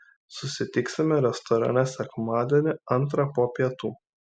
susitiksime restorane sekmadienį antrą po pietų